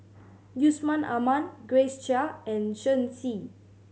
Yusman Aman Grace Chia and Shen Xi